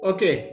Okay